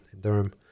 Durham